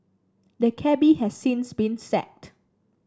the cabby has since been sacked